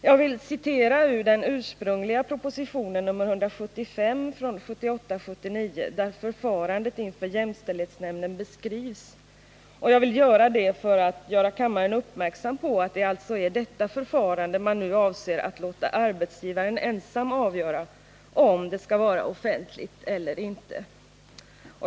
Jag vill citera ur den ursprungliga propositionen 1978/79:175, där förfarandet inför jämställdhetsnämnden beskrivs. Jag vill göra detta för att göra kammaren uppmärksam på att det är detta förfarande man nu avser att låta arbetsgivaren ensam avgöra om det skall vara offentligt eller inte.